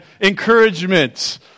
encouragement